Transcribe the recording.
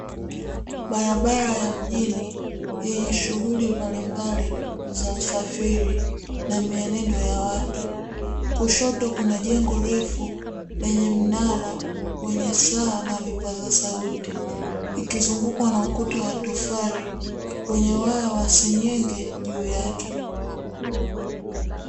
Barabara ya mjini yenye shughuli mbalimbali za usafiri na miendeno ya watu, kushoto kuna jengo refu lenye mnara wenye saa na vipaza sauti ikizungukwa na ukuta wa tofali wenye waya wa senyenge juu yake.